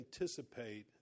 anticipate